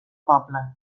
poble